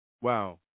wow